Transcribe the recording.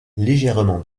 légèrement